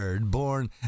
born